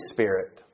Spirit